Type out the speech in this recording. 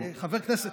אני חבר כנסת,